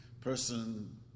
person